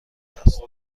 است